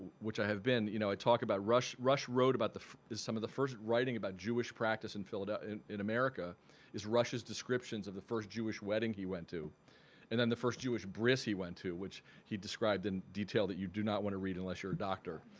which i have been you know i talk about rush rush wrote about the some of the first writing about jewish practice in philadel in in america is rush's descriptions of the first jewish wedding he went to and then the first jewish bris he went to which he described in detail that you do not want to read unless you're a doctor.